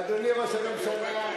אדוני ראש הממשלה,